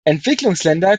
entwicklungsländer